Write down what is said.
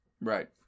Right